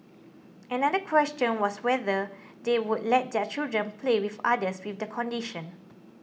another question was whether they would let their children play with others with the condition